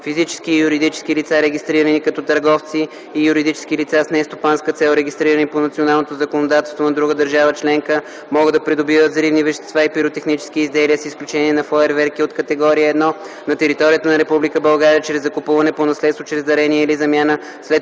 Физически и юридически лица, регистрирани като търговци, и юридически лица с нестопанска цел, регистрирани по националното законодателство на друга държава членка, могат да придобиват взривни вещества и пиротехнически изделия, с изключение на фойерверки от категория 1, на територията на Република България чрез закупуване, по наследство, чрез дарение или замяна,